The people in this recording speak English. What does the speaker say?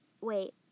Wait